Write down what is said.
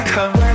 Come